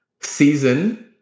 season